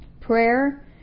Prayer